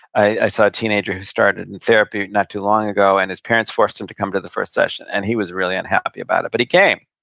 i saw a teenager who started in therapy not too long ago, and his parents forced him to come to the first session, and he was really unhappy about it, but he came.